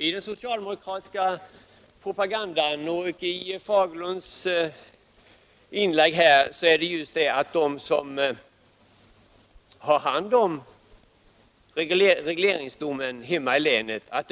I den socialdemokratiska propagandan liksom i herr Fagerlunds inlägg här sägs att det är de som har att handha regleringen av